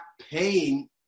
paying